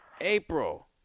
April